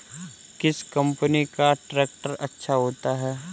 किस कंपनी का ट्रैक्टर अच्छा होता है?